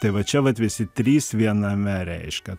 tai va čia vat visi trys viename reiškia